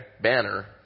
banner